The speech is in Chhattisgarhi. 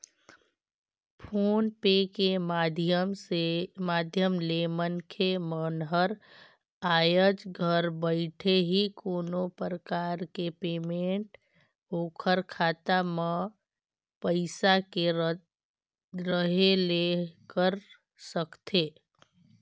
फोन पे के माधियम ले मनखे मन हर आयज घर बइठे ही कोनो परकार के पेमेंट ओखर खाता मे पइसा के रहें ले कर सकथे